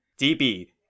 DB